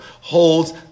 holds